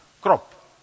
crop